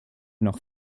noch